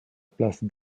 place